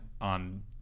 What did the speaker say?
on